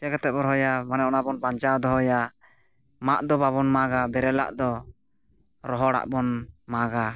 ᱪᱮᱠᱟ ᱠᱟᱛᱮᱫᱵᱚ ᱨᱚᱦᱚᱭᱟ ᱢᱟᱱᱮ ᱚᱱᱟᱵᱚ ᱵᱟᱧᱪᱟᱣ ᱫᱚᱦᱚᱭᱟ ᱢᱟᱜ ᱫᱚ ᱵᱟᱵᱚᱱ ᱢᱟᱜᱽᱟ ᱵᱮᱨᱮᱞᱟᱜ ᱫᱚ ᱨᱚᱦᱚᱲᱼᱟᱜ ᱵᱚᱱ ᱢᱟᱜᱽᱟ